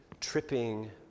tripping